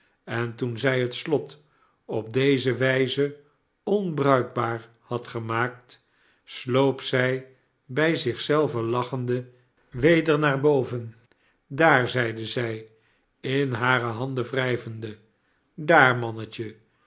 en toen zij het slot op deze wijze onbruikbaar had gemaakt sloop zij bij zich zelve lachende weder naar boven daar zeide zij in hare handen wrijvende sdaar mannetje